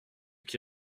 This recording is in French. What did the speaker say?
qui